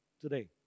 today